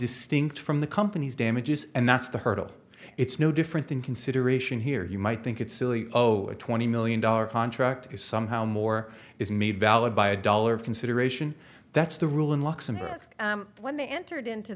distinct from the company's damages and that's the hurdle it's no different than consideration here you might think it's silly oh twenty million dollar contract is somehow more is made valid by a dollar consideration that's the rule in luxembourg when they entered into